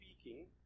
speaking